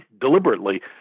deliberately